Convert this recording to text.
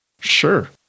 Sure